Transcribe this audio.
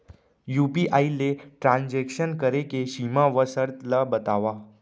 UPI ले transaction करे के सीमा व शर्त ला बतावव?